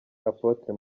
apotre